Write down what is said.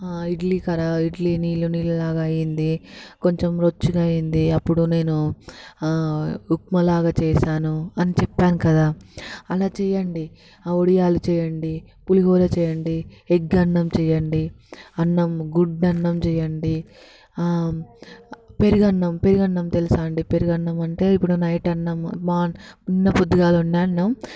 ఇడ్లీ కరా ఇడ్లీ నీళ్ళు నీళ్ళు లాగా అయింది కొంచెం రొచ్చుగా అయింది అప్పుడు నేను ఉక్మ లాగ చేశాను అని చెప్పాను కదా అలా చేయండి వడియాలు చేయండి పులిహోర చేయండి ఎగ్ అన్నం చేయండి అన్నం గుడ్డు అన్నం చేయండి పెరుగన్నం పెరుగన్నం తెలుసా అండి పెరుగన్నం అంటే ఇప్పుడు నైట్ అన్నం మార్న్ నిన్న పొద్దున్న వండిన అన్నం